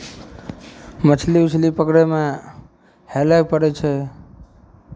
मछली उछली पकड़यमे हेलय पड़ै छै